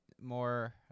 more